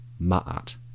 ma'at